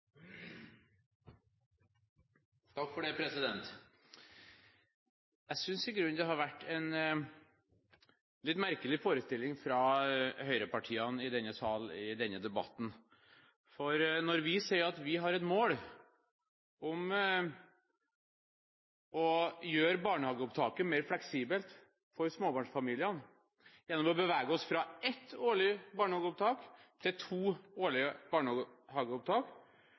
Jeg synes i grunnen det har vært en litt merkelig forestilling fra høyrepartiene i denne debatten. Når vi sier at vi har et mål om å gjøre barnehageopptaket mer fleksibelt for småbarnsfamiliene gjennom å bevege oss fra ett årlig barnehageopptak til to årlige barnehageopptak,